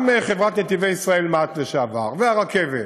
גם חברת "נתיבי ישראל", מע"צ לשעבר, והרכבת,